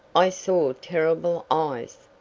i saw terrible eyes!